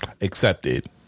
accepted